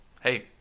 hey